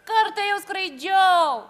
kartą jau skraidžiau